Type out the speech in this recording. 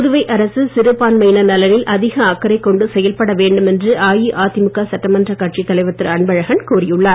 புதுவை அரசு சிறுபான்மையினர் நலனில் அதிக அக்கறை கொண்டு செயல்பட வேண்டும் என்று அஇஅதிமுக சட்டமன்ற கட்சி தலைவர் திரு அன்பழகன் கூறியுள்ளார்